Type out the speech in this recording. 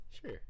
Sure